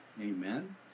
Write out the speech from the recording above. Amen